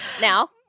now